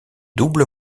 double